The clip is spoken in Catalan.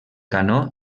canó